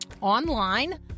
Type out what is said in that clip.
online